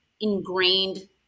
ingrained